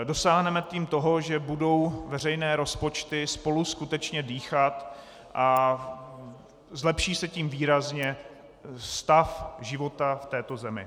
Dosáhneme tím toho, že budou veřejné rozpočty spolu skutečně dýchat a zlepší se tím výrazně stav života v této zemi.